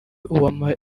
uwamariya